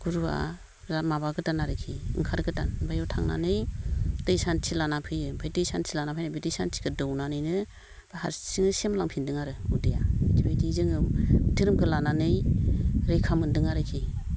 गुरुआ बिरात माबा गोदान आरोखि ओंखार गोदान बेयाव थांनानै दै सान्थि लाना फैयो ओमफ्राय दै सान्थि लाना फैनाय बे दै सान्थिखौ दौनानैनो हारसिङै सेमलांफिन्दों आरो उदैया बिदि बिदि जोङो धोरोमखौ लानानै रैखा मोन्दों आरोकि